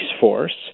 force